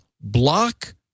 block